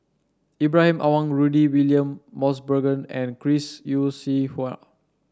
Ibrahim Awang Rudy William Mosbergen and Chris Yeo Siew Hua